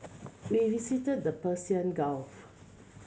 we visited the Persian Gulf